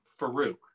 Farouk